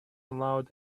allowed